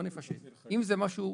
אם זה משהו פשוט,